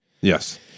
Yes